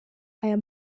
aya